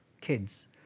kids